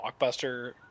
blockbuster